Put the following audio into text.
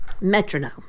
metronome